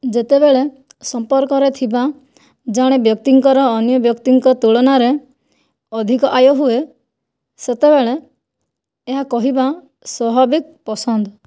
ଯେତେବେଳେ ସମ୍ପର୍କରେ ଥିବା ଜଣେ ବ୍ୟକ୍ତିଙ୍କର ଅନ୍ୟ ବ୍ୟକ୍ତିଙ୍କ ତୁଳନାରେ ଅଧିକ ଆୟ ହୁଏ ସେତେବେଳେ ଏହା କହିବା ସ୍ୱାଭାବିକ ପସନ୍ଦ